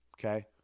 okay